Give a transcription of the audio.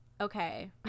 okay